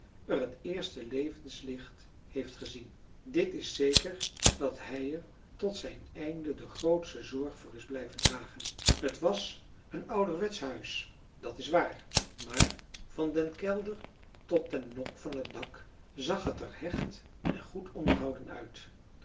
er het eerste levenslicht heeft gezien dit is zeker dat hij er tot zijn einde de grootste zorg voor is blijven dragen het was een ouderwetsch huis dat is waar maar van den kelder tot den nok van het dak zag het er hecht en goed onderhouden uit